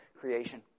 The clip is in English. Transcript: creation